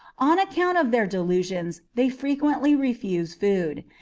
on account of their delusions they frequently refuse food,